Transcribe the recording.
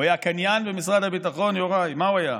הוא היה קניין במשרד הביטחון, יוראי, מה הוא היה?